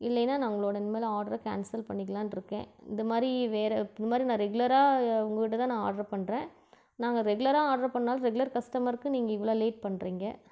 இல்லையினால் நான் உங்களோய இனிமேல் ஆட்ரை கேன்சல் பண்ணிக்கலான்டு இருக்கேன் இந்தமாதிரி வேறு இந்தமாதிரி நான் ரெகுலராக உங்கக்கிட்டே தான் நான் ஆட்ரு பண்ணுறேன் நாங்கள் ரெகுலராக ஆட்ரு பண்ணால் ரெகுலர் கஸ்டமர்க்கு நீங்கள் இவ்வளோ லேட் பண்ணுறீங்க